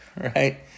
Right